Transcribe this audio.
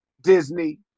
Disney